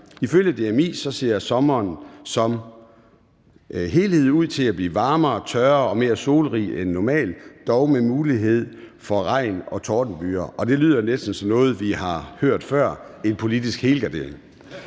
Ifølge DMI ser sommeren som helhed ud til at blive varmere, tørrere og mere solrig end normalt, dog med mulighed for regn og tordenbyger. Det lyder næsten som noget, vi har hørt før – en politisk helgardering.